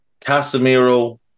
Casemiro